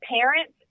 parents